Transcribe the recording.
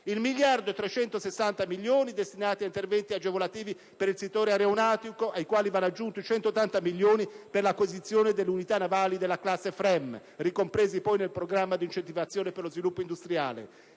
il miliardo e 360 milioni di euro destinati a interventi agevolativi per il settore aeronautico, ai quali vanno aggiunti i 180 milioni per l'acquisizione delle unità navali della classe FREMM (fregata europea multimissione), ricompresi poi nel Programma di incentivazione per lo sviluppo industriale.